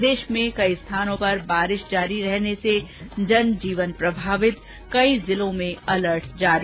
प्रदेश में कई स्थानों पर बारिश जारी रहने से जनजीवन प्रभावित कई जिलों में अलर्ट जारी